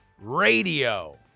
radio